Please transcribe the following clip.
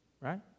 Right